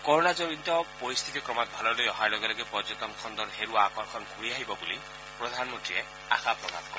কৰণাজনিত পৰিশ্বিতি ক্ৰমাৎ ভাললৈ অহাৰ লগে লগে পৰ্যটন খণ্ডৰ হেৰুৱা আকৰ্ষণ ঘূৰি আহিব বুলি প্ৰধানমন্ত্ৰীয়ে আশা প্ৰকাশ কৰে